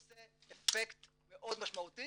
עושה אפקט מאוד משמעותי